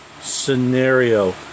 scenario